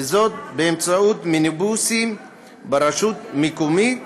וזאת באמצעות מיניבוסים ברשות מקומית